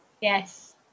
Yes